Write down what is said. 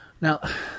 Now